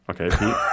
Okay